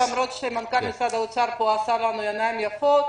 למרות שמנכ"ל משרד האוצר עשה לנו פה עיניים יפות,